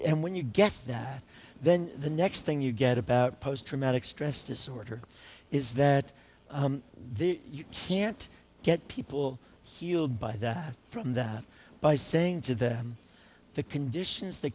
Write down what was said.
and when you get that then the next thing you get about post traumatic stress disorder is that there you can't get people healed by that from that by saying to them the conditions th